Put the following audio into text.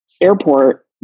airport